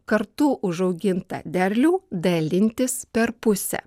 kartu užaugintą derlių dalintis per pusę